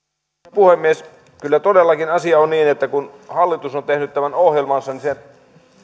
puhemies kyllä todellakin asia on niin että kun hallitus on tehnyt tämän ohjelmansa niin sen